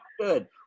Good